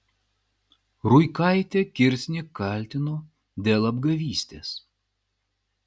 ruikaitė kirsnį kaltino dėl apgavystės